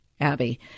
Abby